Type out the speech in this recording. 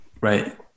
right